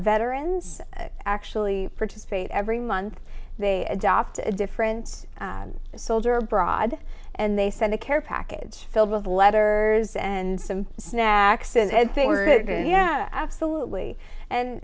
veterans actually participate every month they adopt a difference a soldier abroad and they send a care package filled with letters and some snacks and yeah absolutely and